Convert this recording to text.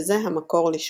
וזה המקור לשמם.